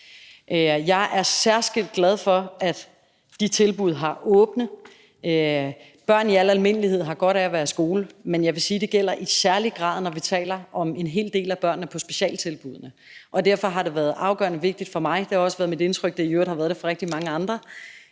Jeg er særskilt glad for, at de tilbud har åbent. Børn i al almindelighed har godt af at være i skole, men jeg vil sige, at det i særlig grad gælder, når vi taler om en hel del af børnene på specialtilbuddene, og derfor har det været afgørende vigtigt for mig – det er i øvrigt også mit indtryk, at det har været det for rigtig mange andre